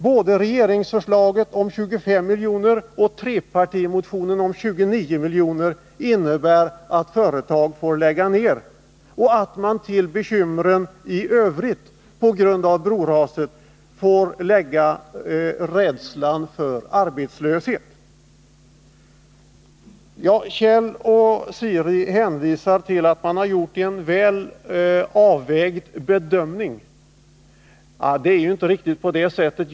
Både regeringens förslag på 25 milj.kr. och trepartimotionens förslag på 29 milj.kr. innebär att företag får läggas ned och att man till bekymren i övrigt på grund av broraset får lägga rädslan för arbetslöshet. Kjell Mattsson och Siri Häggmark hänvisar till att man har gjort en väl avvägd bedömning. Men det är inte riktigt på det sättet.